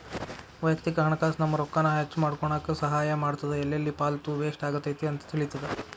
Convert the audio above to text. ವಯಕ್ತಿಕ ಹಣಕಾಸ್ ನಮ್ಮ ರೊಕ್ಕಾನ ಹೆಚ್ಮಾಡ್ಕೊನಕ ಸಹಾಯ ಮಾಡ್ತದ ಎಲ್ಲೆಲ್ಲಿ ಪಾಲ್ತು ವೇಸ್ಟ್ ಆಗತೈತಿ ಅಂತ ತಿಳಿತದ